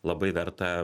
labai verta